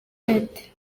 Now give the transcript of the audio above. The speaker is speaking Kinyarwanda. umwete